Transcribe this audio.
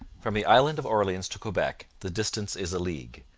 from the island of orleans to quebec the distance is a league.